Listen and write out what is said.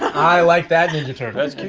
i like that ninja turtle.